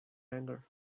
anger